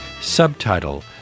subtitle